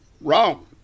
Wrong